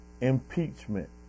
impeachment